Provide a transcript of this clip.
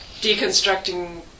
deconstructing